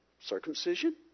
circumcision